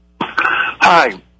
Hi